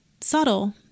subtle